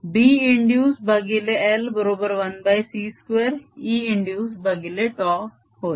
B induced भागिले l बरोबर 1c2 E induced भागिले τ होय